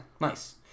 Nice